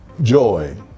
joy